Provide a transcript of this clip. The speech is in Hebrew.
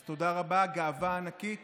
אז תודה רבה, גאווה ענקית